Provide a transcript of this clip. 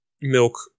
milk